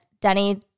Danny